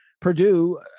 Purdue